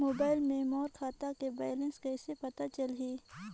Mobile मे मोर खाता के बैलेंस कइसे पता चलही?